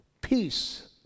peace